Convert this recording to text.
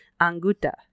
Anguta